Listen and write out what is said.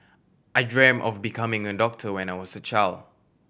I dreamt of becoming a doctor when I was a child